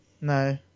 No